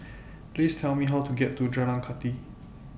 Please Tell Me How to get to Jalan Kathi